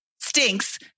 stinks